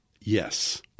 Yes